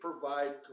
provide